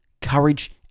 courage